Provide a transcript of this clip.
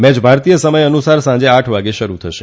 મેય ભારતીય સમય અનુસાર સાંજે આઠ વાગ્યે શરૂ થશે